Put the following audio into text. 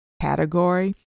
category